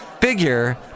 Figure